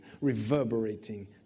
reverberating